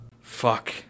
Fuck